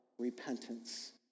repentance